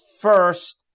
first